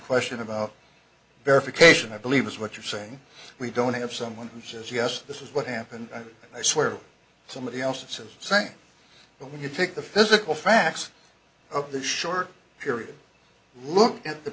question about verification i believe is what you're saying we don't have someone who says yes this is what happened i swear somebody else says same but when you take the physical facts of the short period look at the